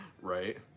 Right